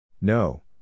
No